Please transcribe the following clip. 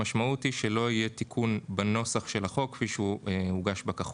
המשמעות היא שלא יהיה תיקון בנוסח של החוק כפי שהוא הוגש בכחול.